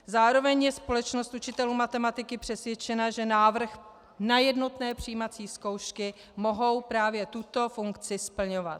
Zároveň je Společnost učitelů matematiky přesvědčena, že návrh na jednotné přijímací zkoušky může právě tuto funkci splňovat.